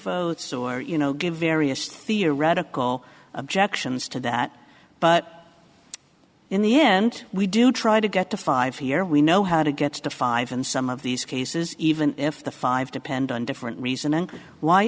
it's or you know give various theoretical objections to that but in the end we do try to get to five here we know how to get to five and some of these cases even if the five depend on different reasoning why